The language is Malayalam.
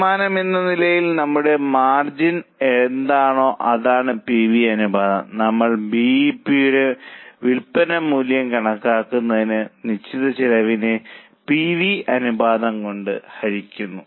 ശതമാനം എന്ന നിലയിൽ നമ്മുടെ മാർജിൻ എന്താണോ അതാണ് പി വി അനുപാതം നമ്മൾ ബി ഇ പി യുടെ വിൽപ്പന മൂല്യം കണക്കാക്കുന്നതിന് നിശ്ചിത ചെലവിനെ പി വി അനുപാതം കൊണ്ട് ഹരിക്കുന്നു